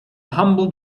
humble